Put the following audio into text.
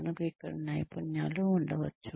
మనకు ఇక్కడ నైపుణ్యాలు ఉండవచ్చు